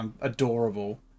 adorable